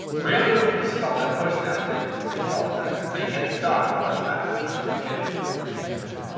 really, yeah, you stomped that post down and they piss off their nice how you get the star in the first map you smashed the the cage open jesus jeremy?